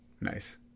Nice